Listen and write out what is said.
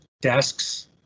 desks